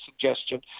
suggestion